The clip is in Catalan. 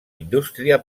indústria